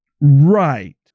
right